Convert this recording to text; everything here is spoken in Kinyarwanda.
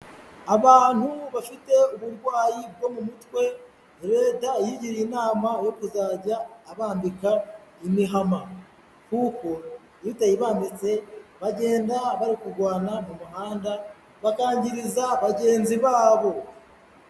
Abantu bafite uburwayi bwo mu mutwe, Leta yigiriye inama yo kuzajya ibambika imihama, kuko utayibambitse bagenda bari kurwana mu muhanda, bakangiriza bagenzi babo.